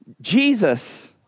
Jesus